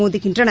மோதுகின்றன